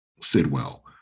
Sidwell